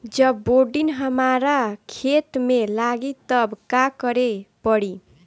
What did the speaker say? जब बोडिन हमारा खेत मे लागी तब का करे परी?